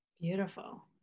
beautiful